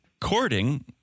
courting